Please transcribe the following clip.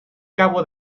cabo